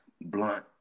blunt